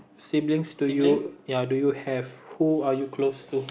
siblings do you ya do you have who are you close to